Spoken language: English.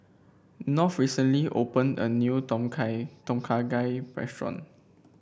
North recently opened a new Tom Kha Tom Kha Gai restaurant